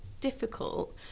difficult